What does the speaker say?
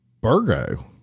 Burgo